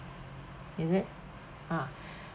is it ah